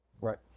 Right